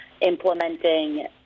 implementing